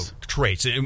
traits